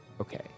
Okay